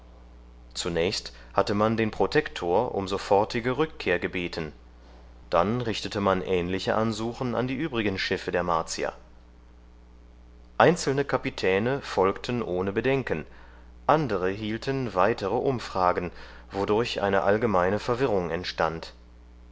zunächst hatte man den protektor um sofortige rückkehr gebeten dann richtete man ähnliche ansuchen an die übrigen schiffe der martier einzelne kapitäne folgten ohne bedenken andere hielten weitere umfragen wodurch eine allgemeine verwirrung entstand